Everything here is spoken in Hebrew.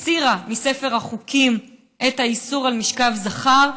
הסירה מספר החוקים את האיסור על משכב זכר,